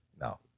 No